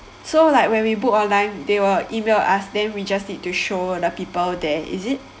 so like when we book online they will email us then we just need to show the people there is it